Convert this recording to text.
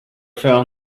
fell